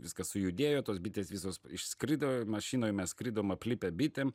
viskas sujudėjo tos bitės visos išskrido mašinoj mes skridom aplipę bitėm